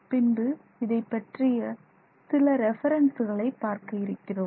பின்பு இதைப்பற்றிய சில ரெஃபெரென்சுகளை பார்க்க இருக்கிறோம்